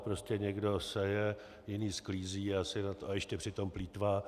Prostě někdo seje, jiný sklízí a ještě přitom plýtvá.